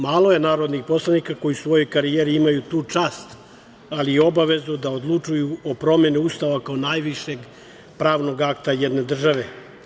Malo je narodnih poslanika koji u svojoj karijeri imaju tu čast, ali i obavezu da odlučuju o promeni Ustava, kao najvišeg pravnog akta jedne države.